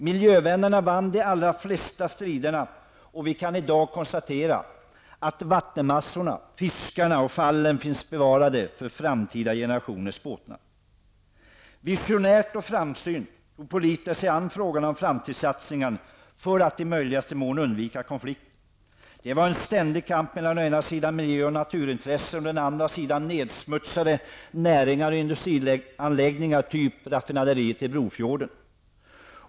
Miljövännerna vann de allra flesta striderna, och vi kan i dag konstatera att vattenmassorna, fiskarna och fallen finns bevarade för framtida generationers båtnad. Visionärt och framsynt tog politikerna sig an frågan om framtidssatsningar för att i möjligaste mån undvika konflikter. Det var en ständig kamp mellan å ena sidan miljö och naturintressena och å andra sidan nedsmutsande näringar och industrianläggningar, typ raffinaderiet i Brofjorden.